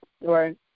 right